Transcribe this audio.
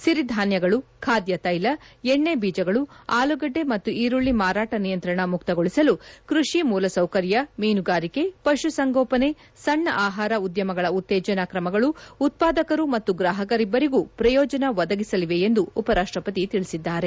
ಸಿರಿಧಾನ್ಯಗಳು ಖಾದ್ಯ ತೈಲ ಎಣ್ಣೆ ಬೀಜಗಳು ಆಲೂಗಡ್ಡೆ ಮತ್ತು ಈರುಳ್ಳಿ ಮಾರಾಟ ನಿಯಂತ್ರಣ ಮುಕ್ತಗೊಳಿಸಲು ಕೃಷಿ ಮೂಲಸೌಕರ್ಯ ಮೀನುಗಾರಿಕೆ ಪಶುಸಂಗೋಪನೆ ಸಣ್ಣ ಆಹಾರ ಉದ್ದಮಗಳ ಉತ್ತೇಜನ ಕ್ರಮಗಳು ಉತ್ಪಾದಕರು ಮತ್ತು ಗ್ರಾಪಕರಿಬ್ಬರಿಗೂ ಪ್ರಯೋಜನ ಒದಗಿಸಲಿವೆ ಎಂದು ಉಪರಾಷ್ಷಪತಿ ತಿಳಿಸಿದ್ದಾರೆ